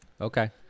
Okay